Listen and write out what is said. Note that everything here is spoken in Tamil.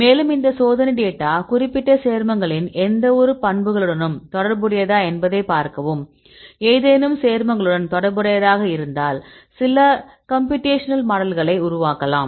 மேலும் இந்த சோதனை டேட்டா குறிப்பிட்ட சேர்மங்களின் எந்தவொரு பண்புகளுடனும் தொடர்புடையதா என்பதைப் பார்க்கவும் ஏதேனும் சேர்மங்களுடன் தொடர்புடையதாக இருந்தால் சில கம்ப்யூடேஷனல் மாடல்களை உருவாக்கலாம்